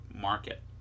market